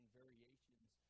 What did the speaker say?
variations